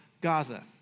Gaza